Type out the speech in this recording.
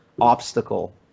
obstacle